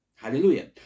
Hallelujah